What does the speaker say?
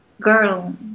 girl